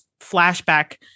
flashback